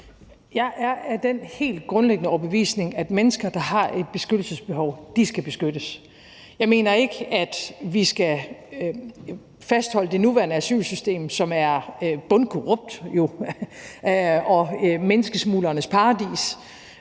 Jeg er af den helt grundlæggende overbevisning, at mennesker, der har et beskyttelsesbehov, skal beskyttes. Jeg mener ikke, at vi skal fastholde det nuværende asylsystem, som jo er bundkorrupt og menneskesmuglernes paradis,